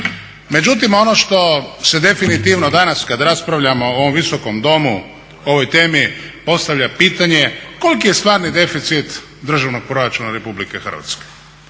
Međutim, ono što se definitivno danas kada raspravljamo u ovom Visokom domu o ovoj temi, postavlja pitanje koliki je stvarni deficit državnog proračuna Republike Hrvatske.